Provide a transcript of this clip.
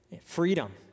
freedom